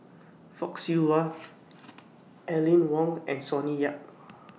Fock Siew Wah Aline Wong and Sonny Yap